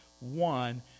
one